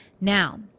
Now